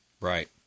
Right